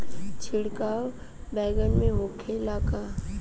छिड़काव बैगन में होखे ला का?